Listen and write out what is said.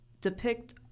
depict